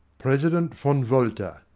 president von walter,